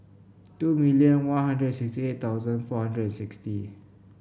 two million One Hundred and sixty eight thousand four hundred and sixty